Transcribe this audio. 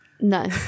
no